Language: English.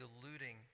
deluding